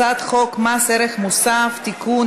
הצעת חוק מס ערך מוסף (תיקון,